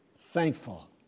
thankful